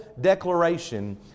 declaration